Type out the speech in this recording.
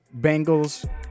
Bengals